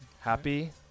Happy